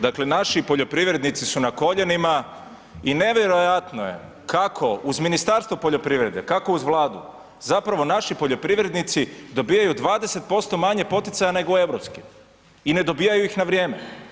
Dakle naši poljoprivrednici su na koljenima i nevjerojatno je kako uz Ministarstvo poljoprivrede, kako uz Vladu zapravo naši poljoprivrednici dobivaju 20% manje poticaja nego europski i ne dobivaju ih na vrijeme.